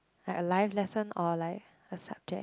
like a life lesson or like a subject